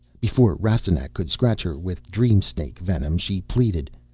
before rastignac could scratch her with dream-snake venom, she pleaded,